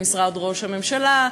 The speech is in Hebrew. במשרד ראש הממשלה,